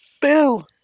Bill